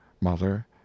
mother